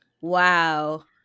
wow